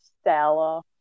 Stella